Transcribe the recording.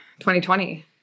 2020